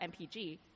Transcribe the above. MPG